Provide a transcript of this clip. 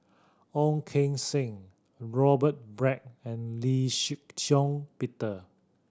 Ong Keng Sen Robert Black and Lee Shih Shiong Peter